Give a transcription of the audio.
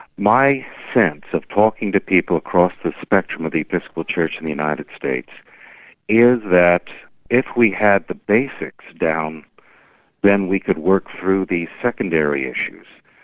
my sense of talking to people across the spectrum of the episcopal church in the united states is that if we had the basics down then we could work through the secondary issues,